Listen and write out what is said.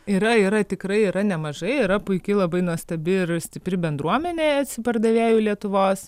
yra yra tikrai yra nemažai yra puiki labai nuostabi ir stipri bendruomenė etsi pardavėjų lietuvos